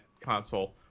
console